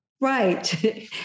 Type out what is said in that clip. right